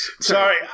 Sorry